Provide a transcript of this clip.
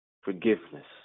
forgiveness